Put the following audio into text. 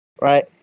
right